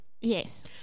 Yes